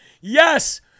Yes